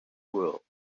world